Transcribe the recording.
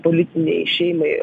politinei šeimai